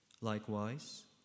Likewise